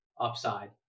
upside